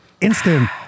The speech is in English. Instant